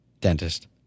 dentist